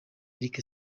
eric